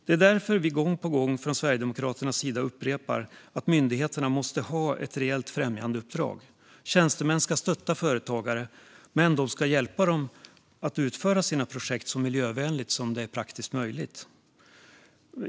Det är därför vi från Sverigedemokraternas sida gång på gång upprepar att myndigheterna måste ha ett rejält främjandeuppdrag. Tjänstemän ska stötta företagare, men de ska hjälpa dem att utföra sina projekt så miljövänligt som det är praktiskt möjligt.